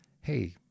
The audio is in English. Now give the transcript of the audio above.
hey